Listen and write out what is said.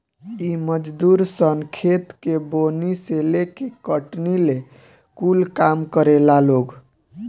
इ मजदूर सन खेत के बोअनी से लेके कटनी ले कूल काम करेला लोग